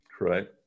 right